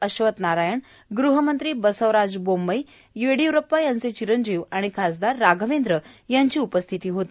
अश्वतनारायण गृहमंत्री बसवराज बोम्मई येडिय्रप्पा यांचे चिरंजीव खासदार राघवेंद्र आदी उपस्थित होते